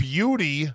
Beauty